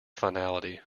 finality